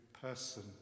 person